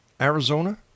Arizona